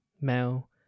Male